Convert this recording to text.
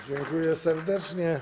Dziękuję serdecznie.